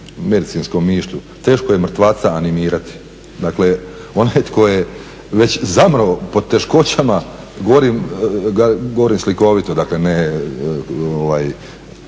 medicinskom mišlju, teško je mrtvaca animirati. Dakle onaj tko je već zamro pod teškoćama, govorim slikovito, što kažu